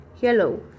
Hello